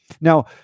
Now